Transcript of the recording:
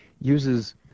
uses